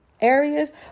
areas